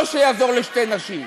לא שיעזור לשתי נשים,